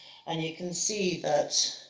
and you can see that